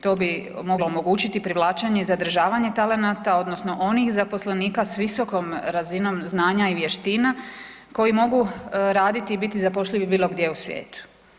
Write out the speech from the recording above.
To bi moglo omogućiti privlačenje i zadržavanje talenata odnosno onih zaposlenika s visokom razinom znanja i vještina koji mogu raditi i biti zapošljivi bilo gdje u svijetu.